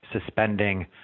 suspending